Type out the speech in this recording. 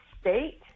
State